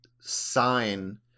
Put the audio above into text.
sign